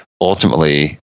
ultimately